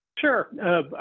Sure